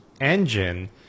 engine